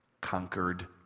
Conquered